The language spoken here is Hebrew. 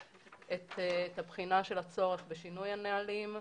את הבחינה של הצורך בשינוי הנהלים,